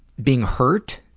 being hurt,